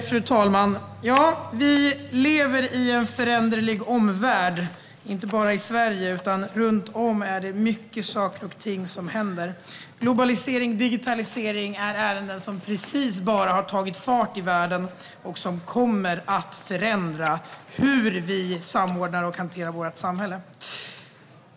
Fru talman! Vi lever i en föränderlig värld. Så är det inte bara i Sverige. Runt om är det många saker och ting som händer. Globalisering och digitalisering är sådant som precis har tagit fart i världen och som kommer att förändra hur vi samordnar och hanterar vårt samhälle.